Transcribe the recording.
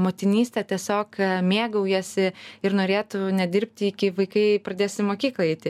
motinyste tiesiog mėgaujasi ir norėtų nedirbti iki vaikai pradės į mokyklą eiti